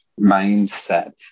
mindset